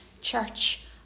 Church